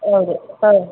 ಹೌದು ಹೌದ್